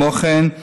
כמו כן,